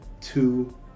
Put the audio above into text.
two